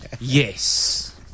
Yes